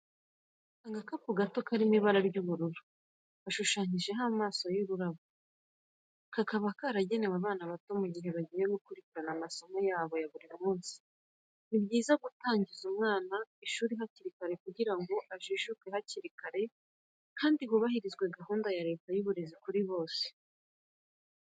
Agakapu gato kari mu ibara ry'ubururu, gashushanyijeho amaso n'ururabo, kakaba karagenewe abana bato mu gihe bagiye gukurikirana amasomo yabo ya buri munsi. Ni byiza gutangiza umwana ishuri hakiri kare kugira ngo ajijuke hakiri kare kandi hubahirizwe gahunda ya Leta y'uburezi kuri bose.